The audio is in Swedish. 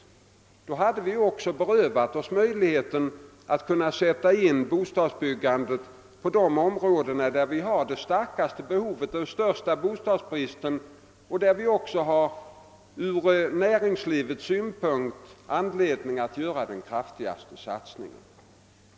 Därigenom skulle vi också ha berövat oss möjligheten att sätta in bostadsbyggandet på just de områden där vi har det starkaste behovet och den största bostadsbristen och där vi även ur näringslivets synpunkt har anledning att göra den kraftigaste satsningen.